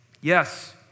yes